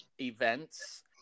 events